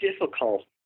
difficult